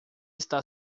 está